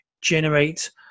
generate